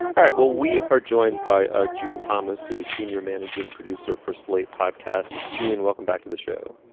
all right. well we are joined by ah june thomas who is senior managing producer for slate podcast. june welcome back to the show.